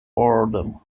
boredom